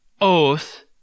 oath